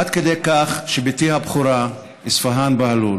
עד כדי כך שבתי הבכורה, אספהאן בהלול,